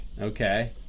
Okay